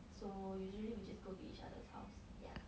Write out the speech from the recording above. so usually we just go to each other's house yeah